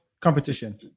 Competition